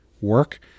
work